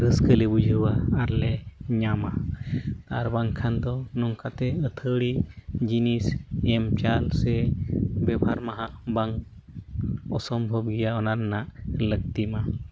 ᱨᱟᱹᱥᱠᱟᱹ ᱞᱮ ᱵᱩᱡᱷᱟᱹᱣᱟ ᱟᱨ ᱞᱮ ᱧᱟᱢᱟ ᱟᱨ ᱵᱟᱝᱠᱷᱟᱱ ᱫᱚ ᱱᱚᱝᱠᱟᱛᱮ ᱟᱹᱛᱷᱟᱹᱲᱤ ᱡᱤᱱᱤᱥ ᱮᱢ ᱪᱟᱞ ᱥᱮ ᱵᱮᱵᱚᱦᱟᱨ ᱢᱟ ᱱᱟᱦᱟᱜ ᱵᱟᱝ ᱚᱥᱚᱢᱵᱷᱚᱵ ᱜᱮᱭᱟ ᱚᱱᱟ ᱨᱮᱱᱟᱜ ᱞᱟᱹᱠᱛᱤ ᱢᱟ